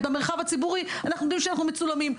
במרחב הציבורי אנחנו יודעים שאנחנו מצולמים.